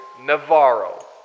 Navarro